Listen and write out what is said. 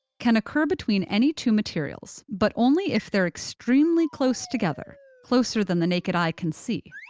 can occur between any two materials, but only if they're extremely close together, closer than the naked eye can see.